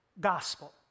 gospel